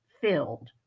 filled